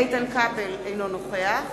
אינו נוכח